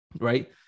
Right